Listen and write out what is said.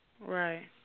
Right